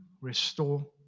restore